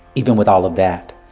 even with all of that,